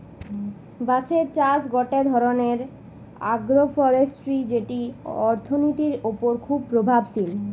বাঁশের চাষ গটে ধরণের আগ্রোফরেষ্ট্রী যেটি অর্থনীতির ওপর খুবই প্রভাবশালী